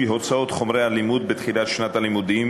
הוצאות חומרי הלימוד בתחילת שנת הלימודים,